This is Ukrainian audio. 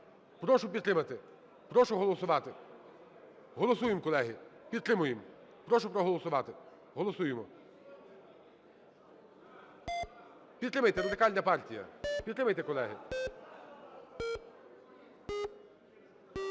Прошу підтримати, прошу голосувати. Голосуємо, колеги, підтримуємо. Прошу проголосувати. Голосуємо. Підтримайте, Радикальна партія, підтримайте, колеги.